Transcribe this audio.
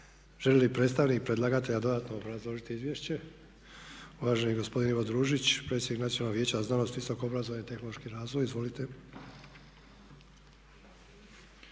Želi li predstavnik predlagatelja dodatno obrazložiti izvješće? Uvaženi gospodin Ivo Družić, predsjednik Nacionalnog vijeća za znanost, visoko obrazovanje i tehnološki razvoj. Izvolite.